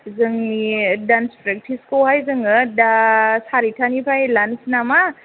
जोंनि दान्स फ्रेखथिसखौहाय जोङो दा सारिथानिफ्राय लानोसै नामा